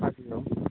ꯍꯥꯏꯕꯤꯎ